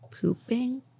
pooping